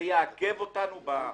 זה יעכב אותנו.